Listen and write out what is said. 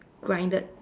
grinded